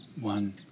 one